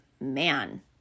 Man